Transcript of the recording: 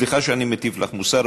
סליחה שאני מטיף לך מוסר,